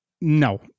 No